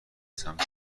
سمت